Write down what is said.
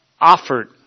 offered